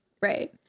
right